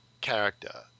character